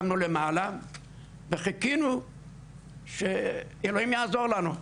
שמנו למעלה וחיכינו שאלוהים יעזור לנו.